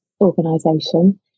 organization